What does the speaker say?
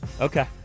Okay